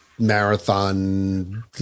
marathon